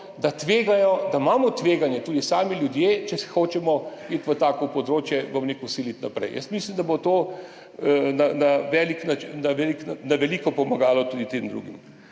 da imamo tveganje tudi sami ljudje, če hočemo iti na tako področje, bom rekel, siliti naprej. Mislim, da bo to na veliko pomagalo tudi tem drugim.